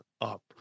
up